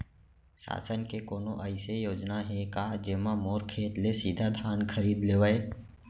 शासन के कोनो अइसे योजना हे का, जेमा मोर खेत ले सीधा धान खरीद लेवय?